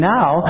now